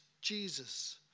Jesus